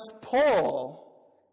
Paul